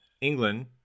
England